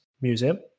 Museum